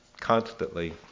constantly